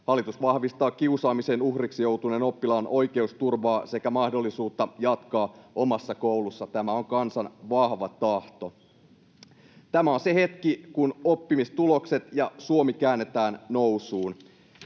Hallitus vahvistaa kiusaamisen uhriksi joutuneen oppilaan oikeusturvaa sekä mahdollisuutta jatkaa omassa koulussa — tämä on kansan vahva tahto. Tämä on se hetki, kun oppimistulokset ja Suomi käännetään nousuun.